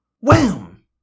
Wham